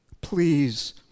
please